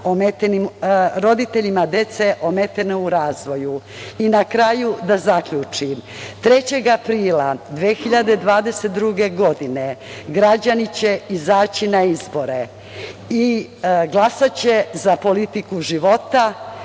roditeljima dece ometene u razvoju. Na kraju, da zaključim, 3. aprila 2022. godine građani će izaći na izbore i glasaće za politiku života,